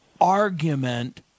argument